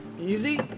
Easy